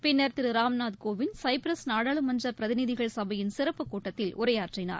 பின்னா் திரு ராம்நாத் கோவிந்த் சைபிரஸ் நாடாளுமன்ற பிரதிநிதிகள் சபையின் சிறப்புக் கூட்டத்தில் உரையாற்றினார்